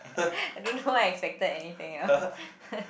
I don't know why I expected anything else